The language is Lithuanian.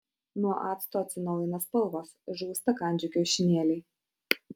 nuo acto atsinaujina spalvos žūsta kandžių kiaušinėliai